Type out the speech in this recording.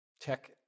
tech